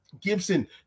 Gibson